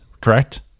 Correct